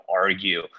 argue